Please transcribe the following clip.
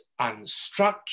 unstructured